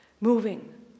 moving